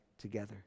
together